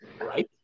right